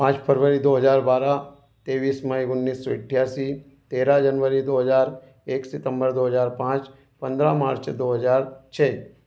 पाँच फरवरी दो हज़ार बारह तेइस मई उन्नीस सौ अठासी तेरह जनवरी दो हज़ार एक सितम्बर दो हज़ार पाँच पन्द्रह मार्च दो हज़ार छह